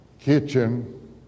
kitchen